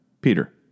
Peter